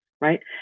right